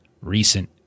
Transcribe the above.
recent